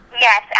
yes